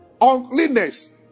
uncleanness